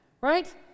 right